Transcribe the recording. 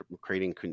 creating